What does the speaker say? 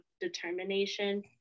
determination